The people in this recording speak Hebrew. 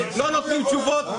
לא נותנים תשובות.